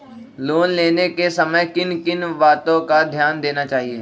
Loan लेने के समय किन किन वातो पर ध्यान देना चाहिए?